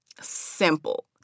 Simple